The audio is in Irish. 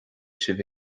sibh